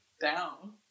down